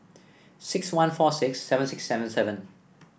six one four six seven six seven seven